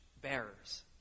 bearers